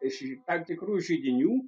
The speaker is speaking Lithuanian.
iš jų tam tikrų židinių